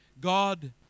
God